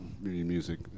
music